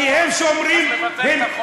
כי הם שומרים, אז נבטל את החוק.